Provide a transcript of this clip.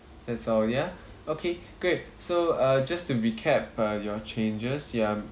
that's all ya okay great so uh just to recap uh your changes you are